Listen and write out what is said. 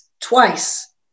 twice